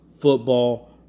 football